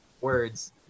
words